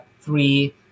three